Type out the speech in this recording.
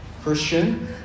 Christian